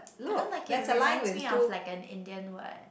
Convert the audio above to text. I don't like it reminds me of like an Indian word